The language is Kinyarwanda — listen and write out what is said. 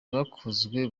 bwakozwe